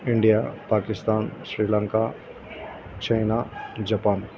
India Pakistan Sri Lanka China Japan